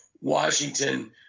Washington –